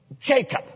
Jacob